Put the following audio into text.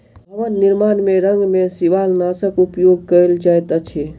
भवन निर्माण में रंग में शिवालनाशक उपयोग कयल जाइत अछि